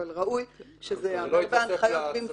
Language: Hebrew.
אבל ראוי שזה ייאמר בהנחיות במפורש